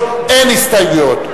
לא נתקבלה.